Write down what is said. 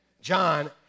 John